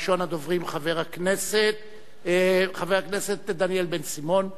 ראשון הדוברים הוא חבר הכנסת דניאל בן-סימון.